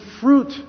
fruit